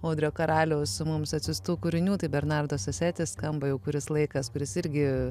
audrio karaliaus mums atsiųstų kūrinių tai bernardo sessetti skamba jau kuris laikas kuris irgi